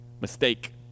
Mistake